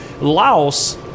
Laos